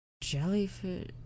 Jellyfish